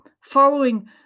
following